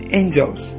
angels